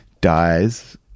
dies